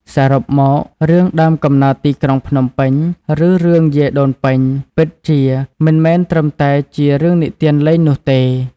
សរុបមក រឿង "ដើមកំណើតទីក្រុងភ្នំពេញ" ឬ "រឿងយាយដូនពេញ" ពិតជាមិនមែនត្រឹមតែជារឿងនិទានលេងនោះទេ។